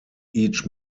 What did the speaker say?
each